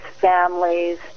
families